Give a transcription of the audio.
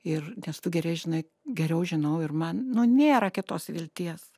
ir nes tu gerei žinai geriau žinau ir man nėra kitos vilties